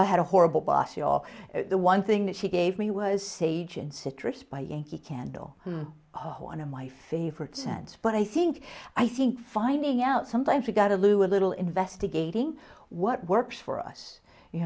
i had a horrible boss you all the one thing that she gave me was sage and citrus by yankee candle oh one of my favorite sense but i think i think finding out sometimes we got a lou a little investigating what works for us you